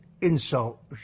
insult